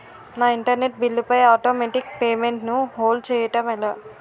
నా internet bill పై automatic payment ను హోల్డ్ చేయటం ఎలా?